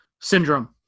syndrome